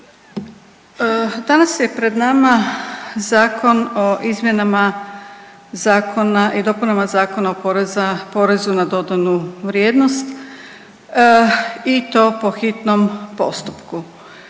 Danas je pred nama Zakon o izmjenama i dopunama Zakona o porezu na dodanu vrijednost i to po hitnom postupku.